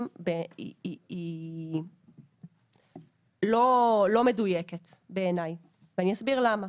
היא לא מדויקת בעיניי ואני אסביר למה.